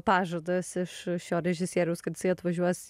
pažadas iš šio režisieriaus kad jisai atvažiuos